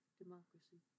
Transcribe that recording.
democracy